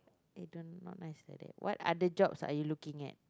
eh don't not nice like that what other jobs are you looking at